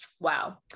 Wow